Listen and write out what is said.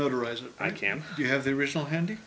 motorized i can you have the original handy